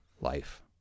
life